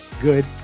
good